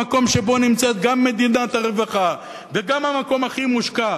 במקום שבו נמצאת גם מדינת רווחה וגם המקום הכי מושקע